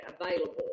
available